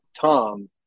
tom